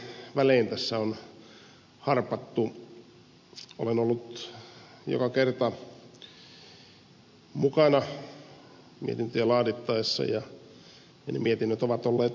olen ollut joka kerta mukana mietintöjä laadittaessa ja ne mietinnöt ovat olleet yksimielisiä